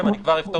הערה.